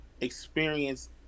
experience